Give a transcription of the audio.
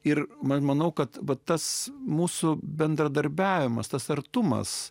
ir man manau kad vat tas mūsų bendradarbiavimas tas artumas